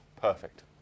perfect